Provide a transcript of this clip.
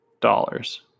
dollars